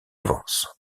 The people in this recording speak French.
vence